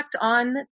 on